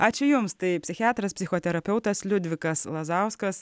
ačiū jums tai psichiatras psichoterapeutas liudvikas lazauskas